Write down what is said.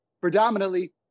predominantly